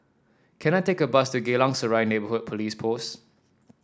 can I take a bus to Geylang Serai Neighbourhood Police Post